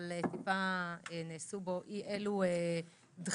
אבל נעשו בו אי אלו דחיות